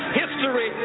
history